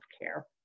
care